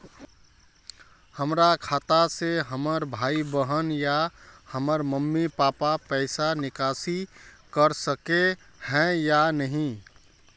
हमरा खाता से हमर भाई बहन या हमर मम्मी पापा पैसा निकासी कर सके है या नहीं?